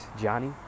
Johnny